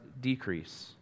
decrease